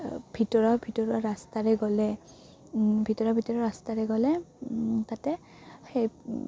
ভিতৰৰ ভিতৰুৱা ৰাস্তাৰে গ'লে ভিতৰৰ ভিতৰৰ ৰাস্তাৰে গ'লে তাতে সেই